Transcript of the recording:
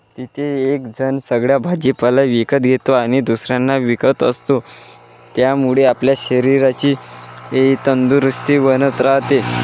तिथे एकजण सगळा भाजीपाला विकत घेतो आणि दुसऱ्यांना विकत असतो त्यामुळे आपल्या शरीराची तंदुरुस्ती बनत राहते